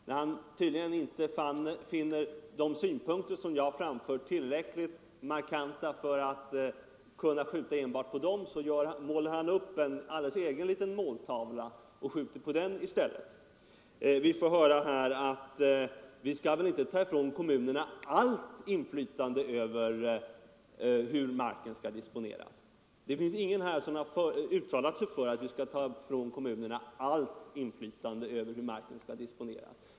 När han tydligen inte finner de synpunkter som jag framför tillräckligt markanta för att skjuta enbart på dem, målar han upp en alldeles egen liten måltavla och skjuter på den i stället. Han frågar: Vi skall väl inte ta ifrån kommunerna allt inflytande över hur marken skall disponeras? Det finns ingen här som har uttalat sig för att vi skall ta ifrån kommunerna allt sådant inflytande.